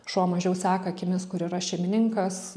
šuo mažiau seka akimis kur yra šeimininkas